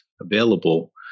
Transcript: available